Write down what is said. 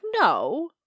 no